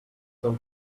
some